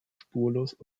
spurlos